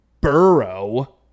Burrow